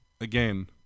again